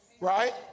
right